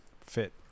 fit